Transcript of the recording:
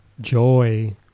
joy